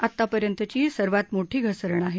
आतापर्यंतची ही सर्वात मोठी घसरण आहे